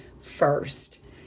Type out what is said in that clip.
first